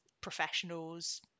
professionals